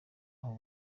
aho